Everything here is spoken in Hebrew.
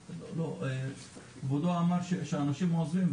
כבודו אמר שאנשים עוזבים,